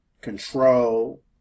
control